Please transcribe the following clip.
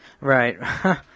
Right